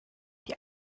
die